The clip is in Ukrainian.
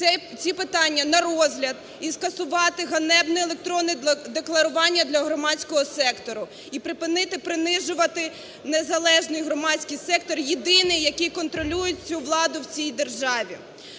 ці питання на розгляд і скасувати ганебне електронне декларування для громадського сектору і припинити принижувати незалежний громадський сектор – єдиний, який контролює цю владу в цій державі.